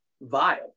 vile